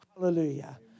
Hallelujah